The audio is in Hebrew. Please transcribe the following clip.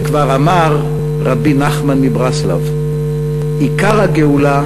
וכבר אמר רבי נחמן מברסלב: עיקר הגאולה,